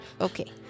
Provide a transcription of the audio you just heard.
Okay